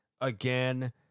again